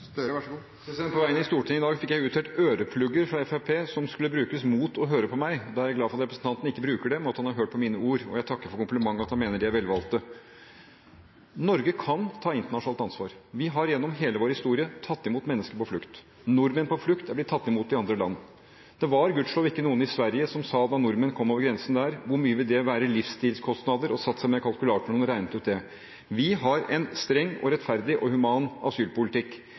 På vei inn i Stortinget i dag fikk jeg utdelt øreplugger fra Fremskrittspartiet som skulle brukes mot å høre på meg. Da er jeg glad for at representanten ikke bruker dem, og at han har hørt på mine ord. Og jeg takker for komplimenten, at han mener de er velvalgte. Norge kan ta internasjonalt ansvar. Vi har gjennom hele vår historie tatt imot mennesker på flukt. Nordmenn på flukt er blitt tatt imot av andre land. Det var gudskjelov ikke noen i Sverige som da nordmenn kom over grensen dit, spurte hvor mye det ville bli i livsløpskostnader, og som satt med kalkulatoren og regnet det ut. Vi har en streng, rettferdig og human asylpolitikk.